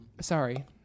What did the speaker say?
Sorry